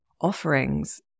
offerings